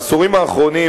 בעשורים האחרונים,